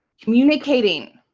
communicating